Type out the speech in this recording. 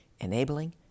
enabling